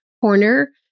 corner